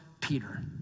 Peter